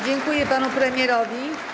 Dziękuję panu premierowi.